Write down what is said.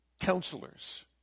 counselors